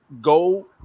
go